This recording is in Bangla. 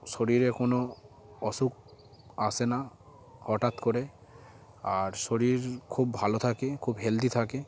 শরীরে কোনো অসুখ আসে না হঠাৎ করে আর শরীর খুব ভালো থাকে খুব হেলদি থাকে